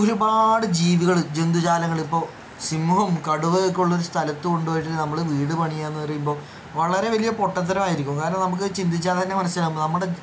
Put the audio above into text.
ഒരുപാട് ജീവികൾ ജന്തുജാലങ്ങൾ ഇപ്പോൾ സിംഹവും കടുവയും ഒക്കെ ഉള്ള ഒരു സ്ഥലത്ത് കൊണ്ടുപോയിട്ട് നമ്മൾ വീട് പണിയുക എന്ന് പറയുമ്പോൾ വളരെ വലിയ പൊട്ടത്തരമായിരിക്കും കാരണം നമുക്ക് ചിന്തിച്ചാൽ തന്നെ മനസ്സിലാകും നമ്മുടെ